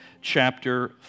chapter